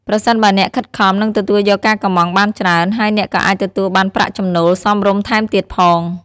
ប្រសិនបើអ្នកខិតខំ និងទទួលយកការកម្ម៉ង់បានច្រើន ហើយអ្នកក៏អាចទទួលបានប្រាក់ចំណូលសមរម្យថែមទៀតផង។